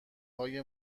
های